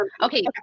okay